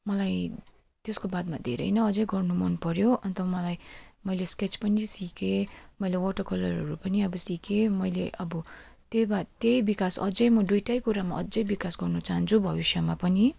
मलाई त्यसको बादमा धेरै नै अझै गर्नु मनपऱ्यो अन्त मलाई मैले स्केच पनि सिकेँ मैले वाटर कलरहरू पनि अब सिकेँ मैले अब त्यो बाद त्यही विकास अझै म दुइटै कुरामा अझै विकास गर्न चाहन्छु भविष्यमा पनि